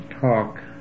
talk